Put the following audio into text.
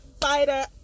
fighter